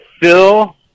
Phil